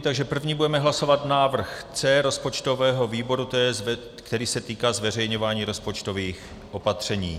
Takže první budeme hlasovat návrh C rozpočtového výboru, který se týká zveřejňování rozpočtových opatření.